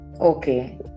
Okay